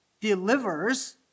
delivers